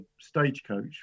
stagecoach